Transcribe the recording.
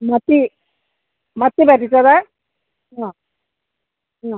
മത്തി മത്തി പറ്റിച്ചത് അ അ